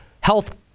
health